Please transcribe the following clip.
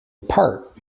apart